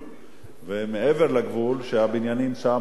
ומעבר לגבול, והבניינים שם הוכיחו את עצמם.